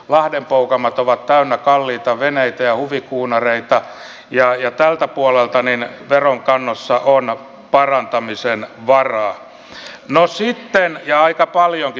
lahdenpoukamat ovat täynnä kalliita veneitä ja huvikuunareita ja tällä puolella veronkannossa on parantamisen varaa ja aika paljonkin parantamisen varaa